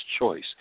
choice